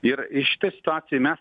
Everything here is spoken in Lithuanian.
ir iš šitoj situacijoj mes